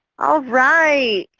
all right,